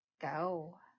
go